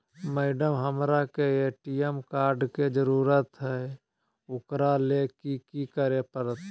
Madam, हमरा के ATM card के जरूरत है ऊकरा ले की की करे परते?